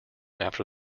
after